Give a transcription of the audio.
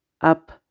up